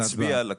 תצביע על הכול.